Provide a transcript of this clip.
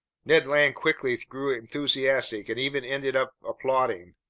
ned land quickly grew enthusiastic and even ended up applauding.